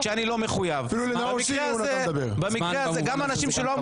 שרון ניר לא חברה בוועדה?